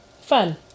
fun